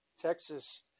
Texas